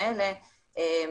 היא אולי תבדוק